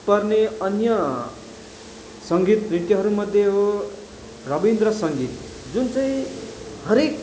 पर्ने अन्य सङ्गीत नृत्यहरू मध्ये हो रविन्द्र सङ्गीत जुन चाहिँ हरेक